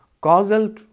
Causal